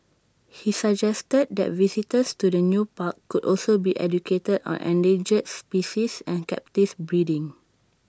he suggested that the visitors to the new park could also be educated on endangered species and captive breeding